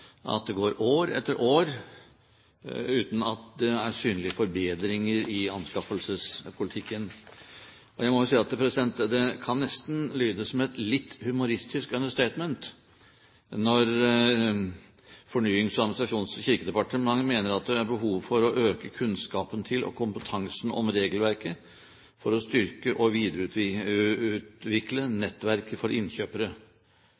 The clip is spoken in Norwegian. at det går år etter år uten at det er synlige forbedringer i anskaffelsespolitikken. Jeg må jo si at det kan nesten lyde som et litt humoristisk understatement når Fornyings-, administrasjons- og kirkedepartementet mener at det er behov for å øke kunnskapen til og kompetansen om regelverket for å styrke og